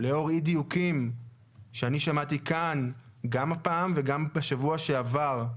ולאור אי דיוקים שאני שמעתי כאן גם הפעם וגם בשבוע שעבר,